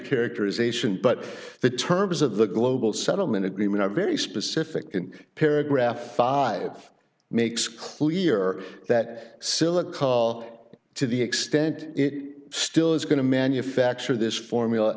characterization but the terms of the global settlement agreement are very specific in paragraph five makes clear that silla call to the extent it still is going to manufacture this formula